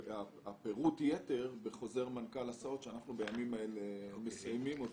פירוט יתר יהיה בחוזר מנכ"ל לגבי הסעות שבימים אלה אנחנו מסיימים אותו.